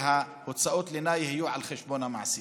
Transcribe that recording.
והוצאות הלינה יהיו על חשבון המעסיק.